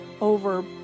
over